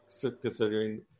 considering